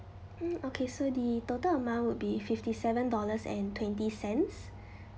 mm okay so the total amount would be fifty seven dollars and twenty cents